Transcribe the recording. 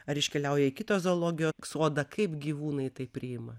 ar iškeliauja į kitą zoologijos sodą kaip gyvūnai tai priima